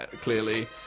clearly